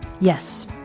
Yes